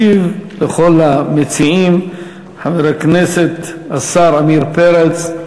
ישיב לכל המציעים חבר הכנסת השר עמיר פרץ,